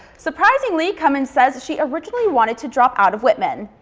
surprisingly, cummings says she originally wanted to drop out of whitman.